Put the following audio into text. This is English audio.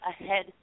ahead